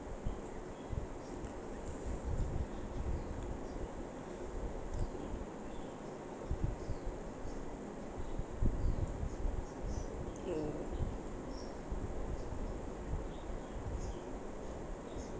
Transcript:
mm